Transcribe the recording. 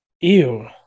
Ew